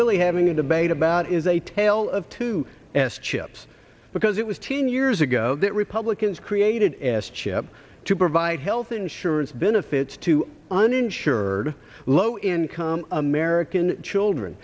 really having a debate about is a tale of two s chips because it was ten years ago that republicans created s chip to provide health insurance benefits to uninsured low income american children